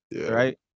Right